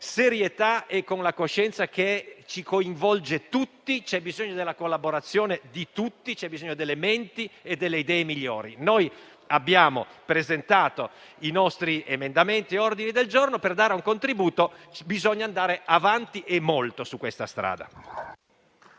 e con la coscienza che ci coinvolge tutti, che c'è bisogno della collaborazione di tutti, delle menti e delle idee migliori. Abbiamo presentato i nostri emendamenti e ordini del giorno per dare un contributo, bisogna andare avanti e molto su questa strada.